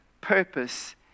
purpose